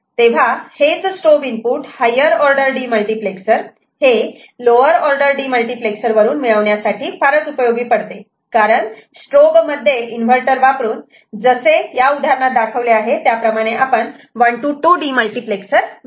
तेव्हा हेच strobe input higher order demultiplexer हे लोवर ऑर्डर डीमल्टिप्लेक्सर वरून मिळविण्यासाठी फारच उपयोगी पडते कारण स्ट्रोब मध्ये इन्व्हर्टर वापरून जसे या उदाहरणात दाखवले आहे त्याप्रमाणे आपण 1 to 2 डीमल्टिप्लेक्सर बनवू शकतो